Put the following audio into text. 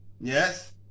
yes